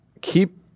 keep